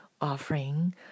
offering